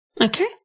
Okay